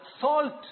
salt